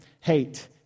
hate